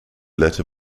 letter